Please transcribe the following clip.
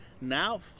Now